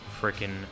freaking